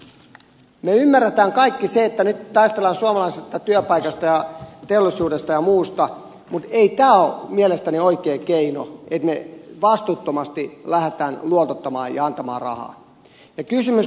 me ymmärrämme kaikki sen että nyt taistellaan suomalaisista työpaikoista ja teollisuudesta ja muusta mutta ei tämä ole mielestäni oikea keino että me vastuuttomasti lähdemme luotottamaan ja antamaan rahaa